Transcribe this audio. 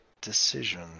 decision